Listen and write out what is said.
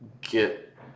get